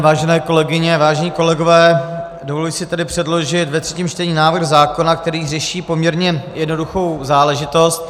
Vážené kolegyně, vážení kolegové, dovoluji si tedy předložit ve třetím čtení návrh zákona, který řeší poměrně jednoduchou záležitost.